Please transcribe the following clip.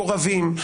של מקורבים,